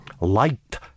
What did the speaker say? Light